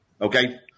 Okay